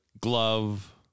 glove